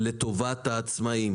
לטובת העצמאים.